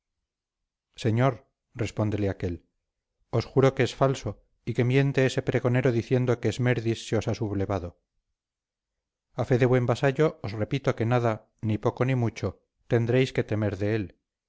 señor responde aquél os juro que es falso y que miente ese pregonero diciendo que esmerdis se os ha sublevado a fe de buen vasallo os repito que nada ni poco ni mucho tendréis que temer de él